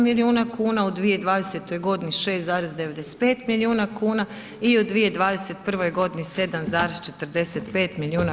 milijuna kuna, u 2020. godini 6,95 milijuna kuna i u 2021. godini 7,45 milijuna.